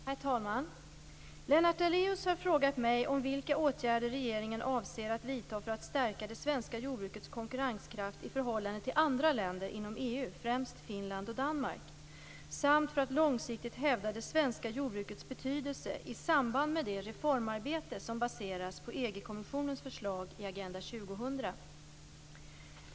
Herr talman! Lennart Daléus har frågat mig om vilka åtgärder regeringen avser att vidta för att stärka det svenska jordbrukets konkurrenskraft i förhållande till andra länder inom EU, främst Finland och Danmark, samt för att långsiktigt hävda det svenska jordbrukets betydelse i samband med det reformarbete som baseras på EG-kommissionens förslag i Agenda 2000.